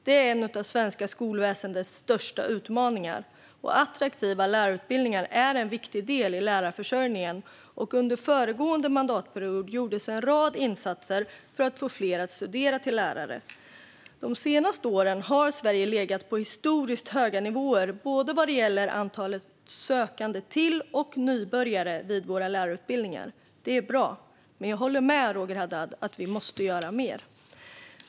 Det är en av det svenska skolväsendets största utmaningar. Attraktiva lärarutbildningar är en viktig del i lärarförsörjningen, och under föregående mandatperiod gjordes en rad insatser för att få fler att studera till lärare. De senaste åren har Sverige legat på historiskt höga nivåer både vad gäller antalet sökande till och nybörjare vid våra lärarutbildningar. Det är bra. Men jag håller med Roger Haddad om att vi måste göra mer.